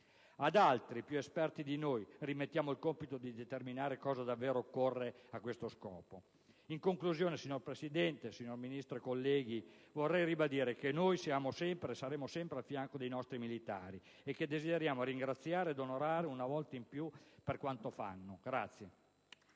ad altri, più esperti di noi, rimettiamo il compito di determinare cosa davvero occorre per raggiungere tale obiettivo. In conclusione, signora Presidente, signor Ministro e colleghi, vorrei ribadire che noi siamo e saremo sempre a fianco dei nostri militari, che desideriamo ringraziare ed onorare una volta di più per quanto fanno.